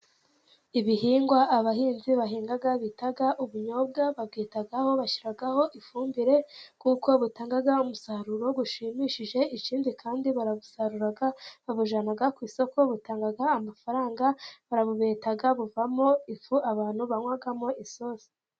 Ibihingwa abahinzi bahinga bita ubunyobwa，babwitaho，bashyiraho ifumbire， kuko butanga umusaruro ushimishije， ikindi kandi barabusarura babujyana ku isoko，butanga amafaranga，barabubeta， buvamo ifu abantu banywamo isosi.